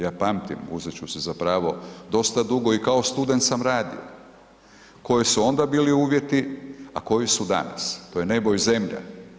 Ja pamtim, uzet ću si zapravo, dosta dugo i kao student sam radio, koji su onda bili uvjeti a koji su danas, to je nebo i zemlja.